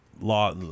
law